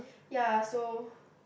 ya so